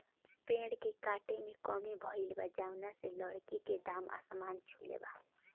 पेड़ के काटे में कमी भइल बा, जवना से लकड़ी के दाम आसमान छुले बा